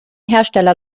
hersteller